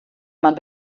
man